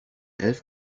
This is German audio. elf